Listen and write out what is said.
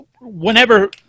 Whenever